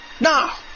Now